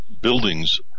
buildings